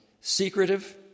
Secretive